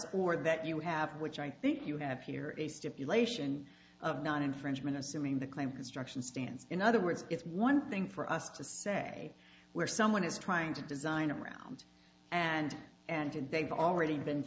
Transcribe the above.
or that you have which i think you have here a stipulation of not infringement assuming the claim construction stands in other words it's one thing for us to say where someone is trying to design around and and they've already been